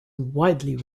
widely